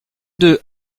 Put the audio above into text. deux